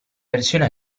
versione